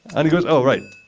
and he goes, oh, right.